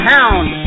Hound